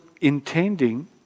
intending